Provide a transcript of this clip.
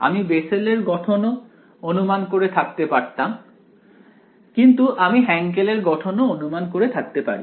আমি বেসেলর গঠন অনুমান করে থাকতে পারতাম কিন্তু আমি হ্যান্কেল এর গঠন ও অনুমান করে থাকতে পারি